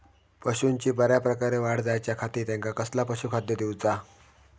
पशूंची बऱ्या प्रकारे वाढ जायच्या खाती त्यांका कसला पशुखाद्य दिऊचा?